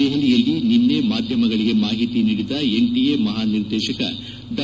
ದೆಹಲಿಯಲ್ಲಿ ನಿನ್ನೆ ಮಾಧ್ಯಮಗಳಿಗೆ ಮಾಹಿತಿ ನೀಡಿದ ಎನ್ ಟಿಎ ಮಹಾನಿರ್ದೇಶಕ ಡಾ